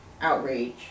outrage